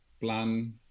plan